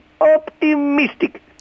optimistic